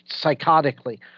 psychotically